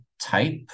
type